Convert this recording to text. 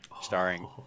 starring